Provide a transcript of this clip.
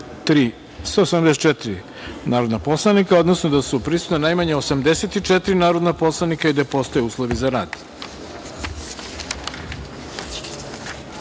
174 narodna poslanika, odnosno da su prisutna najmanje 84 narodna poslanika i da postoje uslovi za